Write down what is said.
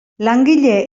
langile